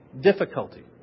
difficulty